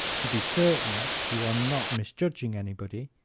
to be certain you are not misjudging anybody,